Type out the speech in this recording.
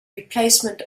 replacement